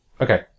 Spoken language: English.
Okay